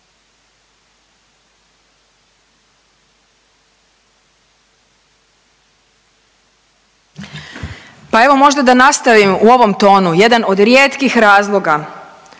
Pa evo možda da nastavim u ovom tonu, jedan od rijetkih razloga